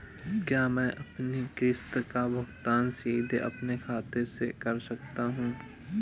क्या मैं अपनी किश्त का भुगतान सीधे अपने खाते से कर सकता हूँ?